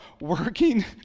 working